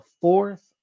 fourth